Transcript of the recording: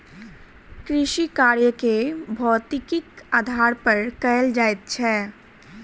कृषिकार्य के भौतिकीक आधार पर कयल जाइत छै